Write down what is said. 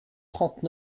trente